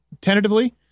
tentatively